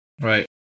Right